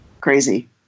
crazy